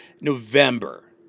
November